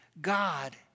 God